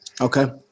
Okay